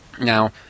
now